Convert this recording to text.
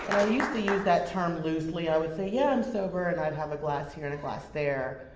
i used to use that term loosely, i would say, yeah, i'm sober, and i'd have a glass here, and a glass there.